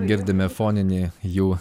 girdime foninį jų